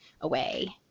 away